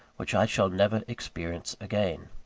which i shall never experience again.